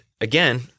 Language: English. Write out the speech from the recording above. again